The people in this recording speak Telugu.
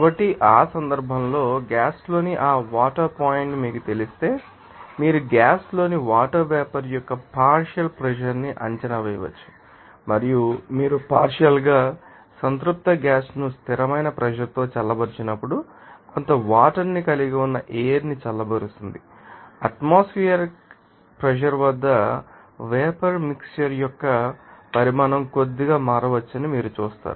కాబట్టి ఆ సందర్భంలో గ్యాస్ లోని ఆ వాటర్ పాయింట్ మీకు తెలిస్తే మీరు గ్యాస్ లోని వాటర్ వేపర్ యొక్క పార్షియల్ ప్రెషర్ ని అంచనా వేయవచ్చు మరియు మీరు పార్షియల్ ంగా సంతృప్త గ్యాస్ ను స్థిరమైన ప్రెషర్ తో చల్లబరిచినప్పుడు కొంత వాటర్ ని కలిగి ఉన్న ఎయిర్ ని చల్లబరుస్తుంది ఆటోమాస్ఫెర్ ప్రెషర్ వద్ద వేపర్ మిక్శ్చర్ యొక్క పరిమాణం కొద్దిగా మారవచ్చని మీరు చూస్తారు